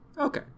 Okay